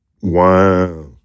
Wow